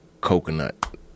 coconut